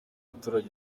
umuturage